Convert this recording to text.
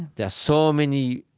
there are so many